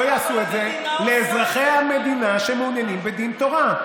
אבל אין סיבה שלא יעשו את זה לאזרחי המדינה שמעוניינים בדין תורה.